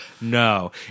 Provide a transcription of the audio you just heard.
No